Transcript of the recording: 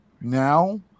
Now